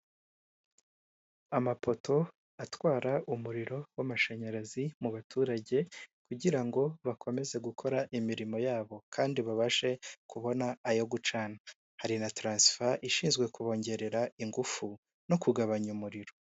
Amapoto atwara umuriro w'amashanyarazi mu baturage kugira ngo bakomeze gukora imirimo yabo kandi babashe kubona ayo gucana, hari na taransifa ishinzwe kubongerera ingufu no kugabanya umuriro.